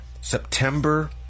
September